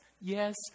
yes